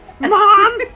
Mom